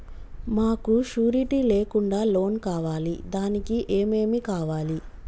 మాకు షూరిటీ లేకుండా లోన్ కావాలి దానికి ఏమేమి కావాలి?